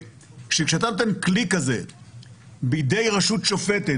שכשאתה נותן כלי כזה בידי רשות שופטת,